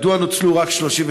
2. מדוע נוצלו רק 38%?